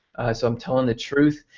so, i'm telling the truth.